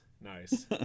Nice